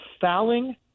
fouling